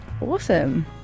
Awesome